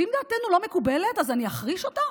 ואם דעתנו לא מקובלת, אז אני אחריש אותה?